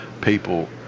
people